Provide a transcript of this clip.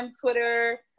Twitter